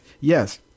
yes